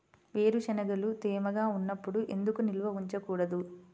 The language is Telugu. వేరుశనగలు తేమగా ఉన్నప్పుడు ఎందుకు నిల్వ ఉంచకూడదు?